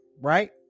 right